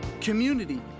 Community